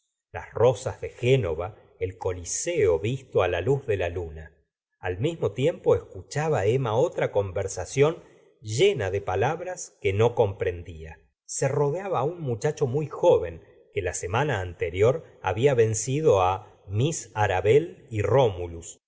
las rosas de génova el coliseo visto la luz de la luna al mismo tiempo escuchaba emma otra conversación llena de palabras que no comprendla se rodeaba un muchacho muy joven que la semana anterior había vencido miss arabelle y romulas